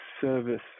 service